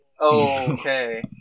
Okay